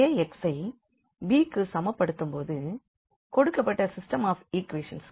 AX ஐ b க்கு சமப்படுத்தும் போது கொடுக்கப்பட்ட சிஸ்டெம் ஆஃப் ஈக்வேஷன்ஸ்க்கு